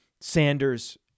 Sanders